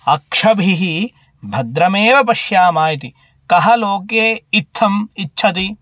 अक्षिभिः भद्रमेव पश्याम इति कः लोके इत्थम् इच्छति